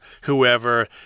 whoever